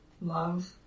Love